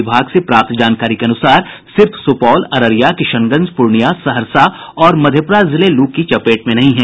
विभाग से प्राप्त जानकारी के अनुसार सिर्फ सुपौल अररिया किशनगंज पूर्णियां सहरसा और मधेपुरा जिले लू की चपेट में नहीं है